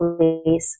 please